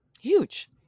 Huge